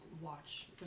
watch